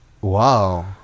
Wow